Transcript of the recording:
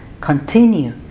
continue